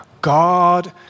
God